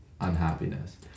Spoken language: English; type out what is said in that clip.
unhappiness